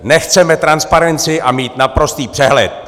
Nechceme transparenci a mít naprostý přehled.